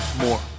more